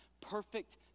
perfect